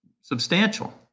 substantial